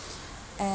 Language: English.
and